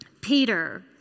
Peter